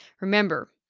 Remember